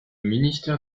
ministère